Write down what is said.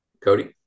Cody